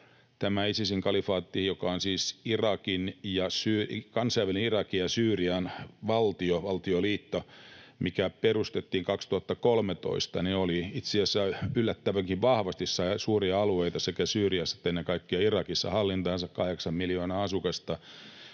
Tämä Isisin-kalifaatti, joka on siis kansainvälinen Irakin ja Syyrian valtio, valtioliitto, mikä perustettiin 2013, sai itse asiassa yllättävänkin vahvasti suuria alueita sekä Syyriassa että ennen kaikkea Irakissa hallintaansa — kahdeksan miljoonaa asukasta